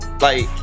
Like-